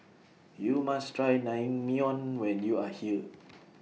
YOU must Try Naengmyeon when YOU Are here